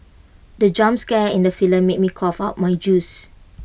the jump scare in the film made me cough out my juice